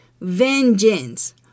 vengeance